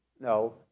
No